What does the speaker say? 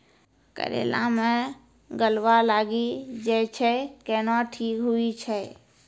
करेला मे गलवा लागी जे छ कैनो ठीक हुई छै?